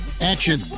action